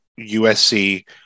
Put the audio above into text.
USC